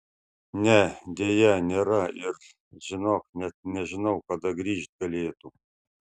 ne deja nėra ir žinok net nežinau kada grįžt galėtų